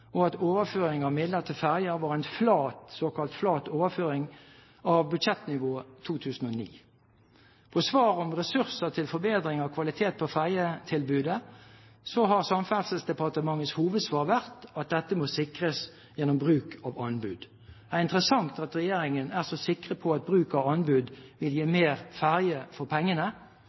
og at overføring av midler til ferjene var en såkalt flat overføring av budsjettnivået 2009. Når det gjelder ressurser til forbedring av kvalitet på ferjetilbudet, har Samferdselsdepartementets hovedsvar vært at dette må sikres gjennom bruk av anbud. Det er interessant at regjeringen er så sikker på at bruk av anbud vil gi mer ferje for pengene.